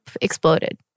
exploded